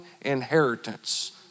inheritance